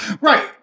Right